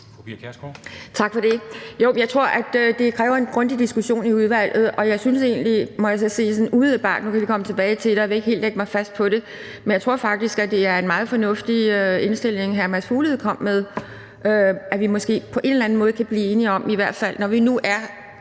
Tak for det. Jeg tror, det kræver en grundig diskussion i udvalget, og jeg synes egentlig, må jeg så sige sådan umiddelbart – nu kan vi komme tilbage til det, og jeg vil ikke helt lægge mig fast på det – at det faktisk er en meget fornuftig indstilling, hr. Mads Fuglede kom med, nemlig at vi måske på en eller anden måde i hvert fald kan blive enige om, at vi, når vi nu